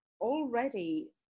already